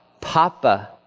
Papa